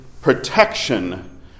protection